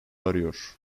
arıyor